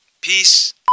Peace